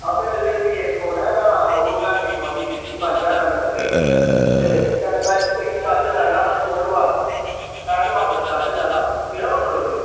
मेरा Realme eight phone ऐ न्हाड़ा ओह् बैटरी पोआनी ही इस्सी पंज ज्हार एमएच दी ते कन्नै में इक चार्जर लैना हा चौंह्ट वाट दा पैंह्ट वाट दा चार्जर लैना हा पेदा होग थुआढ़े कोल